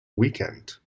weekend